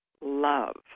Love